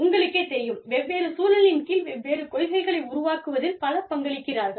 உங்களுக்கே தெரியும் வெவ்வேறு சூழலின் கீழ் வெவ்வேறு கொள்கைகளை உருவாக்குவதில் பலர் பங்களிக்கிறார்கள்